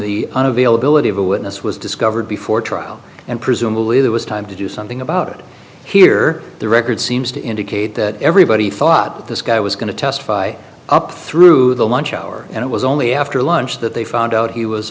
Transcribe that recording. the availability of a witness was discovered before trial and presumably there was time to do something about it here the record seems to indicate that everybody thought this guy was going to testify up through the lunch hour and it was only after lunch that they found out he was